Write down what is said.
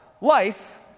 Life